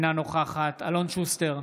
אינה נוכחת אלון שוסטר,